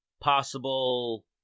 possible